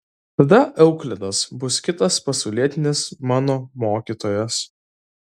tada euklidas bus kitas pasaulietinis mano mokytojas